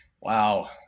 Wow